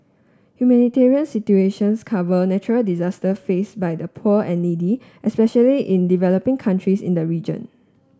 humanitarian situations cover natural disaster faced by the poor and needy especially in developing countries in the region